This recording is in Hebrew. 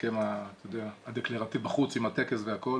ההסכם הדקלרטיבי עם הטקס והכול,